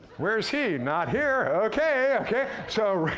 where's he? not here okay, okay. so,